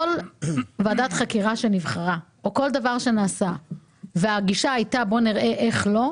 כל ועדת חקירה שנבחרה או כל דבר שנעשה והגישה הייתה בוא נראה איך לא,